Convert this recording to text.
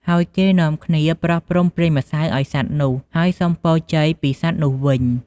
ហើយគេនាំគ្នាប្រោះព្រំប្រេងម្សៅអោយសត្វនោះ ហើយសុំពរជ័យពីសត្វនោះវិញ។